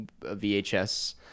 vhs